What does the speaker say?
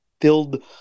filled